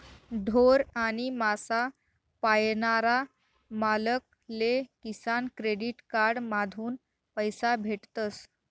ढोर आणि मासा पायनारा मालक ले किसान क्रेडिट कार्ड माधून पैसा भेटतस